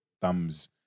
thumbs